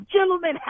Gentlemen